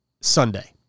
Sunday